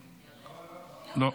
לא,